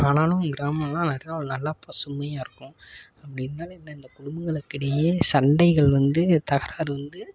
ஆனாலும் கிராமல்லாம் நிறையா நல்லா பசுமையாக இருக்கும் அப்படியிருந்தாலும் என்ன இந்த குடும்பங்களுக்கிடையே சண்டைகள் வந்து தகராறு வந்து